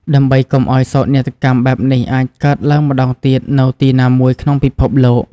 ដើម្បីកុំឲ្យសោកនាដកម្មបែបនេះអាចកើតឡើងម្តងទៀតនៅទីណាមួយក្នុងពិភពលោក។